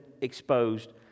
exposed